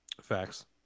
Facts